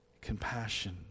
compassion